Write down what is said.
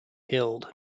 killed